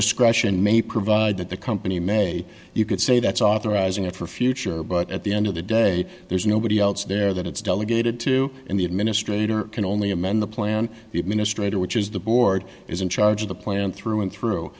discretion may provide that the company may you could say that's authorizing it for future but at the end of the day there's nobody else there that it's delegated to the administrator can only amend the plan the administrator which is the board is in charge of the plan through and through